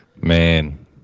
Man